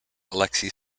alexei